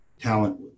Talent